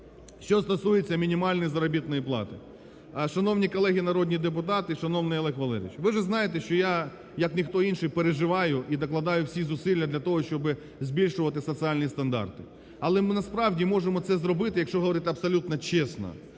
Що стосується мінімальної заробітної плати. Шановні колеги народний депутат і шановний Олег Валерійович, ви ж знаєте, що як ніхто інший переживаю і докладаю всі зусилля для того, щоби збільшувати соціальні стандарти. Але ми насправді можемо це зробити, якщо говорити абсолютно чесно,